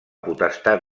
potestat